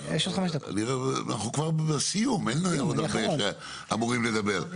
אנחנו כבר בסיום, אין עוד הרבה שאמורים לדבר.